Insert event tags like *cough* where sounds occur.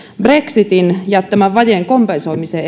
brexitin jättämän vajeen kompensoimiseen *unintelligible*